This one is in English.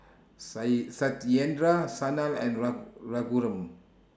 Satyendra Sanal and Raghuram